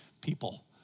people